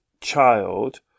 child